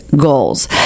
goals